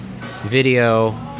Video